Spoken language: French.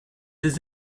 des